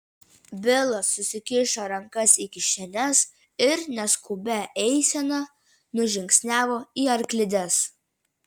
bilas susikišo rankas į kišenes ir neskubia eisena nužingsniavo į arklides